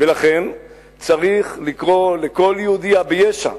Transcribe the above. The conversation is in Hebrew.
ולכן צריך לקרוא לכל יהודייה ביש"ע,